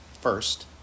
first